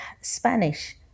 Spanish